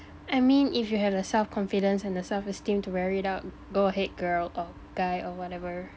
I mean if you have the self-confidence and the self-esteem to wear it out go ahead girl or guy or whatever